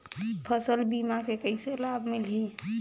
फसल बीमा के कइसे लाभ मिलही?